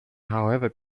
however